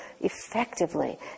effectively